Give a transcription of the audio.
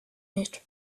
nicht